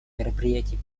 мероприятии